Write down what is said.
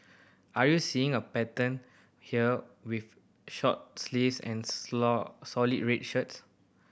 are we seeing a pattern here with short sleeves and solid red shirts